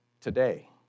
today